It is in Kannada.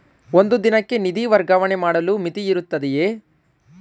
ಒಂದು ದಿನಕ್ಕೆ ನಿಧಿ ವರ್ಗಾವಣೆ ಮಾಡಲು ಮಿತಿಯಿರುತ್ತದೆಯೇ?